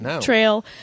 trail